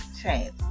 change